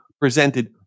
presented